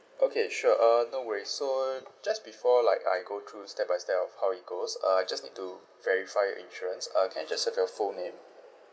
okay sure uh no worries so just before like I go through step by step of how it goes uh I just need to verify your insurance uh can I just have your full name